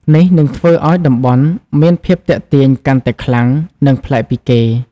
នេះនឹងធ្វើឲ្យតំបន់មានភាពទាក់ទាញកាន់តែខ្លាំង និងប្លែកពីគេ។